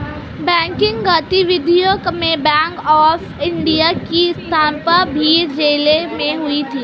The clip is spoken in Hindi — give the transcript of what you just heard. बैंकिंग गतिविधियां बैंक ऑफ इंडिया की स्थापना भिंड जिले में हुई थी